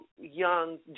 young